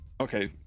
Okay